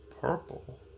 Purple